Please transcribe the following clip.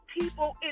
people